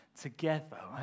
together